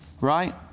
right